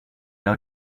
out